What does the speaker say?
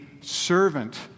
servant